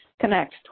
connect